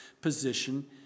position